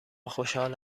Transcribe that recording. خوشحال